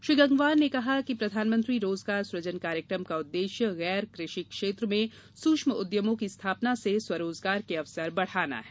श्री गंगवार ने कहा कि प्रधानमंत्री रोजगार सुजन कार्यक्रम का उद्देश्य गैर कृषि क्षेत्र में सूक्ष्म उद्यमों की स्थापना से स्वरोजगार के अवसर बढ़ाना है